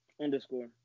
underscore